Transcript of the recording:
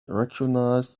recognize